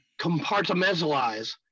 compartmentalize